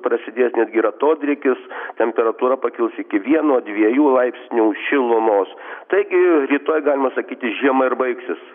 prasidės netgi ir atodrėkis temperatūra pakils iki vieno dviejų laipsnių šilumos taigi rytoj galima sakyti žiema ir baigsis